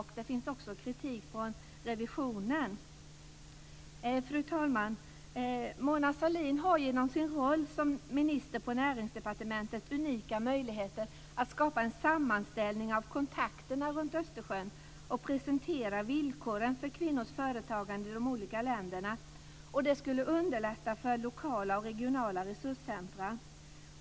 Det finns också kritik från revisionen. Fru talman! Mona Sahlin har genom sin roll som minister på Näringsdepartementet unika möjligheter att skapa en sammanställning av kontakterna runt Östersjön och presentera villkoren för kvinnors företagande i de olika länderna. Det skulle underlätta för regionala och lokala resurscentrum.